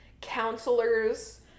counselor's